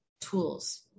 tools